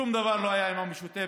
שום דבר לא היה עם המשותפת.